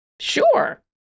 Sure